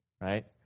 Right